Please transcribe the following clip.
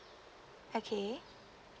okay